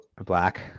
black